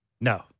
No